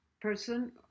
person